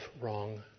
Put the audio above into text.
wrong